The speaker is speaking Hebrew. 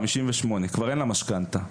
כבר אין לה משכנתה,